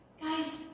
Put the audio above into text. Guys